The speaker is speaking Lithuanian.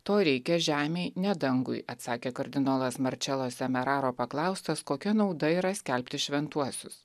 to reikia žemei ne dangui atsakė kardinolas marčelo semeraro paklaustas kokia nauda yra skelbti šventuosius